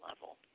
level